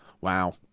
Wow